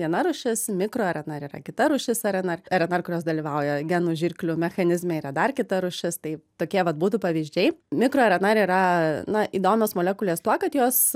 viena rūšis mikro rnr yra kita rūšis rnr rnr kurios dalyvauja genų žirklių mechanizme yra dar kita rūšis tai tokie vat būtų pavyzdžiai mikro rnr yra na įdomios molekulės tuo kad jos